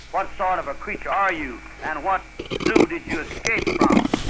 what sort of a creature are you, and what zoo did you escape from?